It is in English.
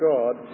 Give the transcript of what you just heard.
God